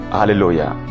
Hallelujah